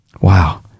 Wow